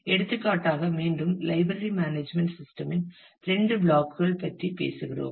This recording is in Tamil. எடுத்துக்காட்டாக மீண்டும் லைப்ரரி மேனேஜ்மென்ட் சிஸ்டம் இன் இரண்டு பிளாக் கள் பற்றி பேசுகிறோம்